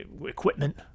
equipment